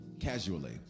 casually